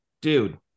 dude